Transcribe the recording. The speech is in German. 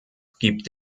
gibt